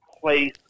place